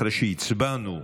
אחרי שהצבענו,